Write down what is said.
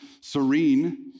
Serene